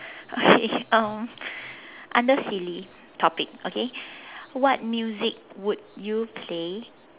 okay um under silly topic okay what music would you play